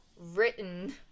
written